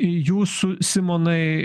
jūsų simonai